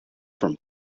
from